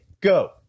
go